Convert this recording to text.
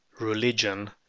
Religion